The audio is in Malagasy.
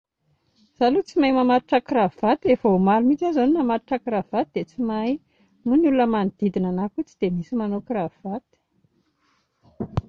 Izaho aloha tsy mahay mamatotra karavato e, vao omaly mihintsy aho izao no namatotra karavato dia tsy mahay, moa ny olona manodidina anà koa tsy dia misy manao karavato